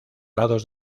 lados